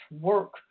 work